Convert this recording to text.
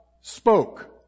spoke